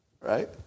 right